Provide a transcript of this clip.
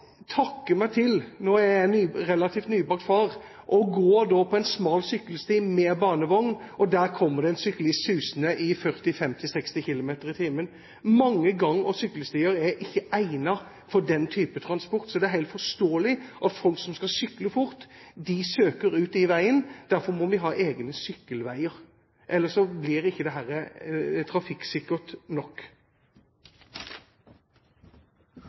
Nå er jeg relativt nybakt far, og det å gå på en smal sykkelsti med barnevogn når det kommer en syklist susende i 40–50–60 km/t, viser at mange gang- og sykkelstier ikke er egnet for den type transport. Så det er helt forståelig at folk som skal sykle fort, søker ut i veien. Derfor må vi ha egne sykkelveier. Ellers blir ikke dette trafikksikkert nok.